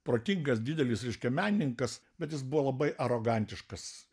protingas didelis reiškia menininkas bet jis buvo labai arogantiškas